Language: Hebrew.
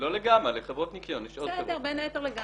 לחוזה ולתנאיו.